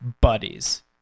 buddies